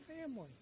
family